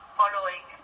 following